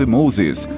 Moses